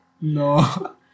No